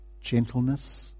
Gentleness